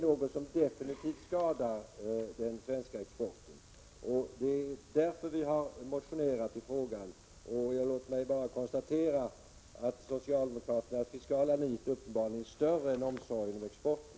Detta skadar definitivt den svenska exporten, och det är därför vi har motionerat i frågan. Låt mig bara konstatera att socialdemokraternas fiskala nit uppenbarligen är större än deras omsorg om exporten.